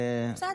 בסדר,